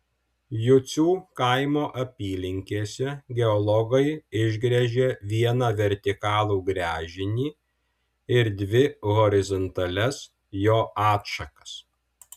jucių kaimo apylinkėse geologai išgręžė vieną vertikalų gręžinį ir dvi horizontalias jo atšakas